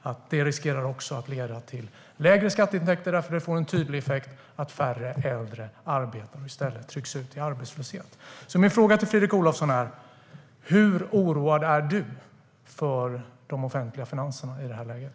Denna skatt riskerar också att leda till lägre skatteintäkter, då den får den tydliga effekten att färre äldre arbetar och fler trycks ut i arbetslöshet. Min fråga till Fredrik Olovsson är: Hur oroad är du för de offentliga finanserna i det här läget?